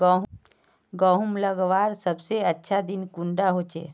गहुम लगवार सबसे अच्छा दिन कुंडा होचे?